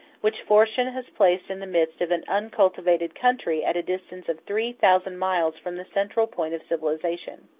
which fortune has placed in the midst of an uncultivated country at a distance of three thousand miles from the central point of civilization.